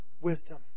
wisdom